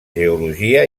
geologia